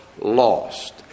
lost